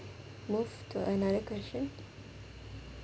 move to another question